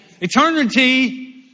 Eternity